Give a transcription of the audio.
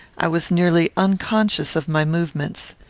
i was nearly unconscious of my movements.